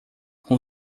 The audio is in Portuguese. com